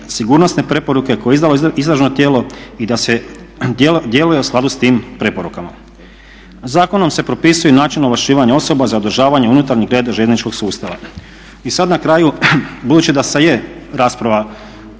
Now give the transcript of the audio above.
sigurnosne preporuke koje je izdalo … tijelo i da se djeluje u skladu s tim preporukama. Zakonom se propisuje i način ovlašćivanja osoba za održavanje unutarnjeg reda željezničkog sustava. I sada na kraju budući da se je rasprava